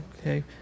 okay